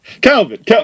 Calvin